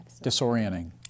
disorienting